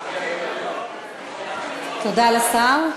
תודה לשר.